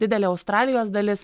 didelė australijos dalis